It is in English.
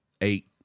eight